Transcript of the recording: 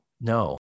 No